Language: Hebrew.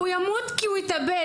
הוא ימות כי הוא יתאבד.